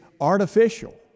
artificial